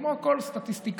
כמו כל סטטיסטיקאי,